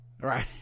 Right